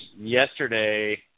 yesterday